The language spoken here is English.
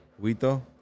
Wito